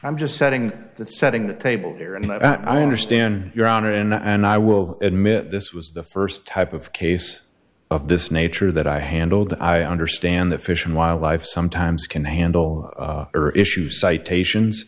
i'm just setting that setting the table here and that i understand your honor and i will admit this was the first type of case of this nature that i handled i understand the fish and wildlife sometimes can handle or issue citations